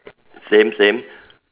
same same